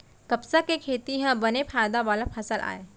कपसा के खेती ह बने फायदा वाला फसल आय